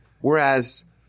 whereas